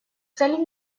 целей